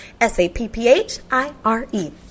s-a-p-p-h-i-r-e